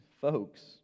folks